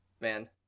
man